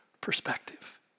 perspective